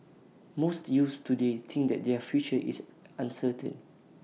most youths today think that their future is uncertain